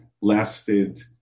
lasted